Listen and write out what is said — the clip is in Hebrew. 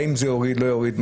האם זה יוריד או לא יוריד.